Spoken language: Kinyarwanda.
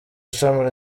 ishami